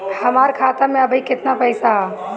हमार खाता मे अबही केतना पैसा ह?